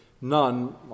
none